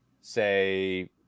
say